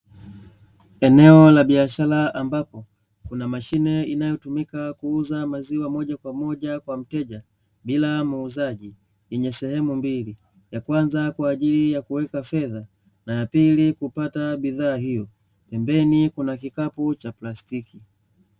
Eneo la biashara ambapo kuna mashine inayotumika kuuza maziwa moja kwa moja kwa mteja bila muuzaji, yenye sehemu ya kwanza kwa ajili ya kuweka fedha, na ya pili kupata bidhaa hiyo. Pembeni, kuna kikapu cha plastiki.